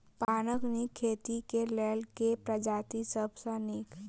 पानक नीक खेती केँ लेल केँ प्रजाति सब सऽ नीक?